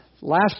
Last